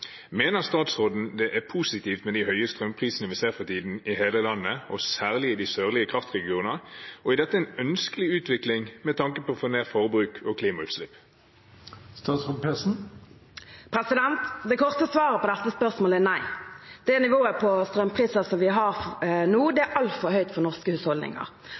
Mener statsråden det er positivt med de høye strømprisene vi ser for tiden i hele landet og særlig i de sørlige kraftregioner, og er dette en ønskelig utvikling med tanke på å få ned forbruk og klimautslipp?» Det korte svaret på dette spørsmålet er nei. Det nivået på strømpriser som vi har nå, er altfor høyt for norske husholdninger.